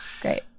Great